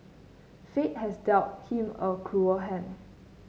fate has dealt him a cruel hand